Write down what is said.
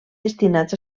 destinats